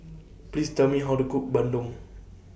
Please Tell Me How to Cook Bandung